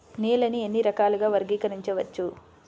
నేలని ఎన్ని రకాలుగా వర్గీకరించవచ్చు?